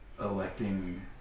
electing